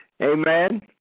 Amen